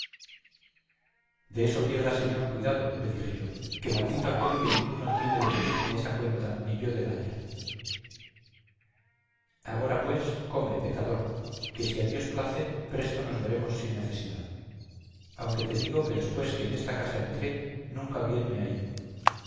de eso pierda señor cuidado le dije yo que maldito aquél que ninguno tiene de pedirme esa cuenta ni yo de dalla agora pues come pecador que si a dios place presto nos veremos sin necesidad aunque te digo que después que en esta casa entré nunca bien me ha ido